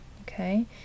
Okay